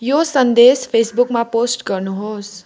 यो सन्देश फेसबुकमा पोस्ट गर्नुहोस्